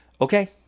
Okay